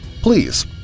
please